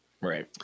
Right